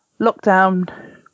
lockdown